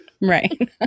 Right